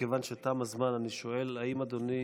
מכיוון שתם הזמן אני שואל: האם אדוני